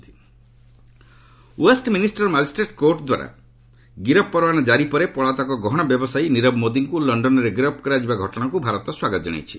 MEA Nirav Modi Westminster magistrate କୋର୍ଟଦ୍ୱାରା ଗିରଫ ପର୍ୱାନା କ୍କାରି ପରେ ପଳାତକ ଗହଣା ବ୍ୟବସାୟୀ ନିରବ ମୋଦିଙ୍କୁ ଲକ୍ଷନରେ ଗିରଫ କରାଯିବା ଘଟଣାକୁ ଭାରତ ସ୍ୱାଗତ ଜଣାଇଛି